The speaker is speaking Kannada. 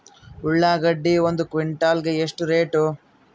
ಉಳ್ಳಾಗಡ್ಡಿ ಒಂದು ಕ್ವಿಂಟಾಲ್ ಗೆ ಎಷ್ಟು ರೇಟು?